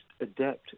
adapt